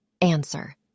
Answer